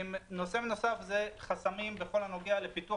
נושא נוסף זה חסמים בכל הנוגע לפיתוח